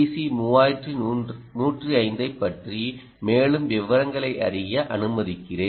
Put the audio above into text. C 3105 ஐப் பற்றி மேலும் விவரங்களை அறிய அனுமதிக்கிறேன்